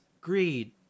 greed